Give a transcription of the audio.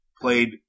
played